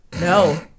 No